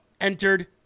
entered